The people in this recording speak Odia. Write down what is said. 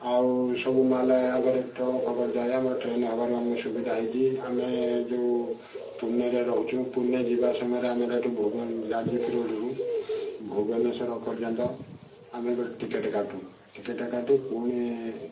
ଆଉ ସବୁ ମାଲେ ଆଗରେ ଟ୍ରକ ଫକ ଯାଏ ଆମର ଟ୍ରେନେ ହବାରୁ ଆମକୁ ସୁବିଧା ହେଇଛି ଆମେ ଯେଉଁ ପୁନେରେ ରହୁଛୁଁ ପୁନେ ଯିବା ସମୟରେ ଆମର ଏଇଠୁ ଭୁବନ ଯାଜପୁର ରୋଡ଼ କୁ ଭୁବନେଶ୍ବର ପର୍ଯ୍ୟନ୍ତ ଆମେ ଗୋଟେ ଟିକଟ କାଟୁଁ ଟିକେଟ ଟା କାଟି ପୁଣି